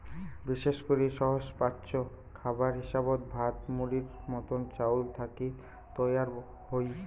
বিশেষ করি সহজপাচ্য খাবার হিসাবত ভাত, মুড়ির মতন চাউল থাকি তৈয়ার হই